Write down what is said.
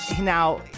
Now